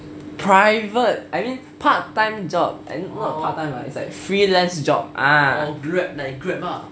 private I mean part time job eh not part time lah it's like freelance job ah